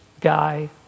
guy